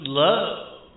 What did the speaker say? love